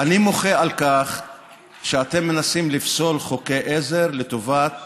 אני מוחה על כך שאתם מנסים לפסול חוקי עזר לטובת